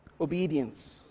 Obedience